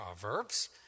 proverbs